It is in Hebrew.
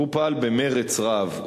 והוא פעל במרץ רב.